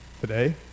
Today